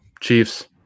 Chiefs